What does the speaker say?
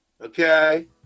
okay